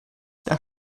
das